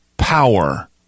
Power